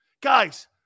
Guys